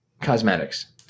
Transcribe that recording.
cosmetics